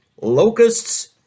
locusts